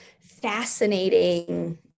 fascinating